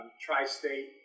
Tri-State